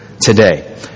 today